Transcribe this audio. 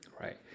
Right